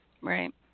Right